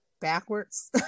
backwards